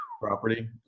property